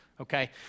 okay